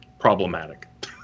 problematic